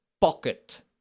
pocket